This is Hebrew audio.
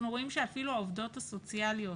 אנחנו רואים שאפילו העובדות הסוציאליות